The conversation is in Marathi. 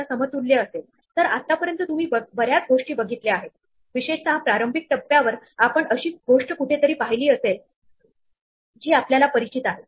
आणि सर्कल मध्ये असे गोल गोल फिरत रहातो आणि या प्रश्नासंदर्भात आपण कुठे थांबायचे ते आपल्याला कसे कळेल